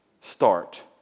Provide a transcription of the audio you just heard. start